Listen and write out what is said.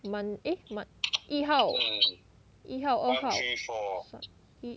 mon eh mon 一号一号二号三一